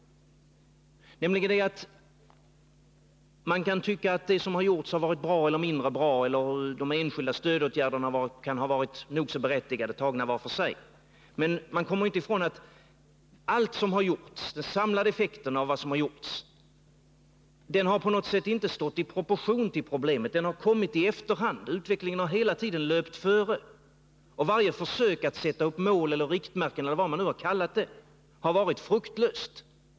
Man kan tycka att det som har gjorts har varit bra eller mindre bra. Man kan tycka att de enskilda stödåtgärderna varit nog så berättigade, tagna var för sig. Men man kommer inte ifrån att den samlade effekten av det som har gjorts på något sätt inte står i proportion till problemet. Allt som har gjorts har kommit i efterhand. Utvecklingen har hela tiden löpt före. Varje försök att sätta upp mål, riktmärken eller vad man nu har kallat det, har varit fruktlöst.